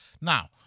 Now